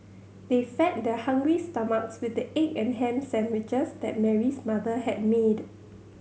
they fed their hungry stomachs with the egg and ham sandwiches that Mary's mother had made